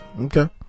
Okay